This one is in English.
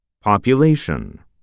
Population